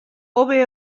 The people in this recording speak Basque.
hobe